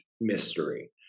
mystery